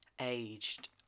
aged